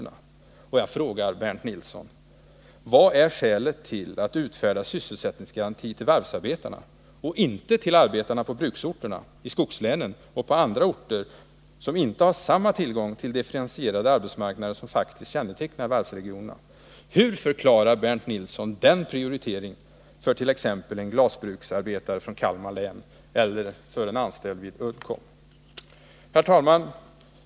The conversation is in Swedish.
Och jag frågar Bernt Nilsson: Vad är skälet till att man vill utfärda sysselsättningsgaranti för varvsarbetarna och inte för arbetarna på bruksorterna, i skogslänen och på andra orter som inte har samma tillgång till differentierade arbetsmarknader som faktiskt kännetecknar varvsregionerna? Hur förklarar Bernt Nilsson den prioriteringen för t.ex. en glasbruksarbetare från Kalmar län eller en anställd vid Uddcomb?